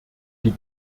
die